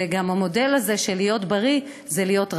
וגם המודל של "להיות בריא זה להיות רזה".